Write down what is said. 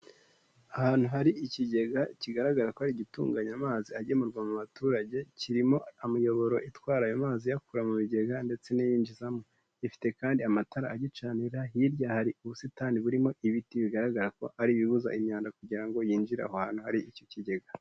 Ahantu hari ikigega kigaragara ko ari igitunganya amazi agemurwa mu baturage kirimo imiyoboro itwara ayo mazi iyakura mu bigega ndetse n'iyinjizamo, gifite kandi amatara agicanira, hirya hari ubusitani burimo ibiti bigaragara ko ari ibibuza imyanda kugira ngo yinjire aho ahantu hari icyo kigega.